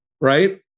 right